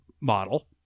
model